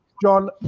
John